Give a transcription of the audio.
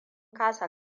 kasa